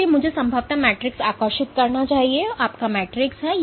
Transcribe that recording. इसलिए मुझे संभवतः मैट्रिक्स आकर्षित करना चाहिए यह आपका मैट्रिक्स है